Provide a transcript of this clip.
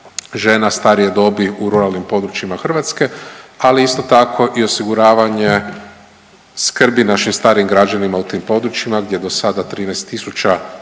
žena starije dobi u ruralnim područjima Hrvatske, ali isto tako i osiguravanje skrbi našim starijim građanima u tim područjima gdje je dosada 13